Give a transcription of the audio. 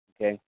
Okay